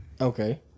Okay